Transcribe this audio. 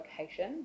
location